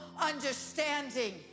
understanding